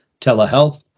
telehealth